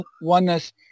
oneness